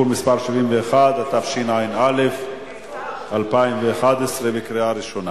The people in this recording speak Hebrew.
(תיקון מס' 71), התשע"א 2011, קריאה ראשונה.